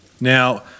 Now